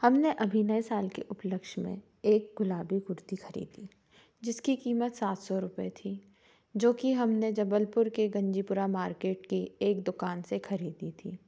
हमनें अभी नए साल के उपलक्ष्य में एक गुलाबी कुर्ती खरीदी जिसकी कीमत सात सौ रुपए थी जो कि हमने जबलपुर के गंजीपुरा मार्केट के एक दुकान से खरीदी थी